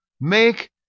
Make